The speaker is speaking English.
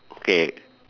okay